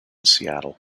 seattle